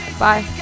bye